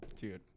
dude